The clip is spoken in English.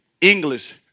English